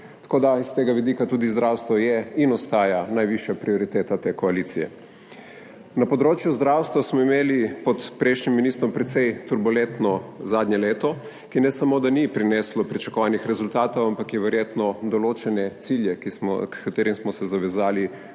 Tako, da iz tega vidika tudi zdravstvo je in ostaja najvišja prioriteta te koalicije. Na področju zdravstva smo imeli pod prejšnjim ministrom precej turbulentno zadnje leto, ki ne samo, da ni prineslo pričakovanih rezultatov, ampak je verjetno določene cilje, h katerim smo se zavezali,